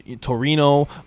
torino